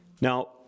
Now